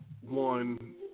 one